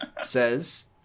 says